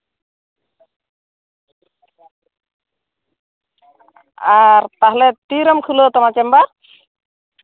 ᱟᱨ ᱛᱟᱦᱚᱞᱮ ᱛᱤᱨᱮᱢ ᱠᱷᱩᱞᱟᱹᱣ ᱛᱟᱢᱟ ᱪᱮᱢᱵᱟᱨ